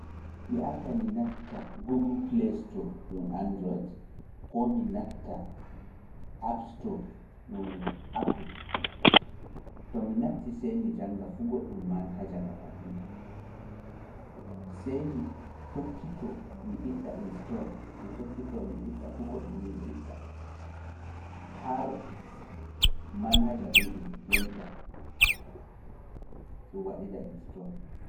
Mi arta mi natta google play store ɗum android, koo mi natta app store ɗum apple, to mi natti sey mi jannga fu godɗum manhaja ngaɗan ɗum an, sey mi tokkito mi ɓiɗɗa install, mi tokkito mi ɓiɗɗa fu godɗum mi ɓiɗɗa, har manhaja ɗum ɗum ƴenta ɗum waɗida install.